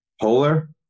Polar